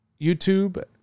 YouTube